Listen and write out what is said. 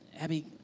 Abby